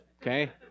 Okay